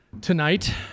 tonight